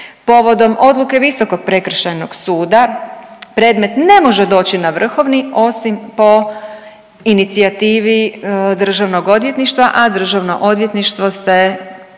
Povodom odluke Visokog prekršajnog suda predmet ne može doći na vrhovni osim po inicijativi Državnog odvjetništva, a Državno odvjetništvo se